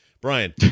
Brian